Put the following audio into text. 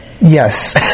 Yes